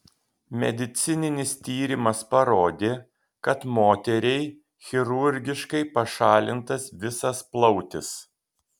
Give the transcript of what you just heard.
medicininis tyrimas parodė kad moteriai chirurgiškai pašalintas visas plautis